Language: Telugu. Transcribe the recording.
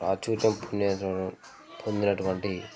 ప్రాచూర్యం పొందినటువా పొందినటువంటి